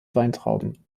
weintrauben